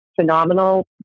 phenomenal